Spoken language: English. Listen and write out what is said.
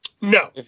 No